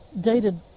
dated